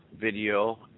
video